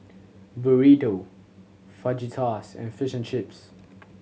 Burrito Fajitas and Fish and Chips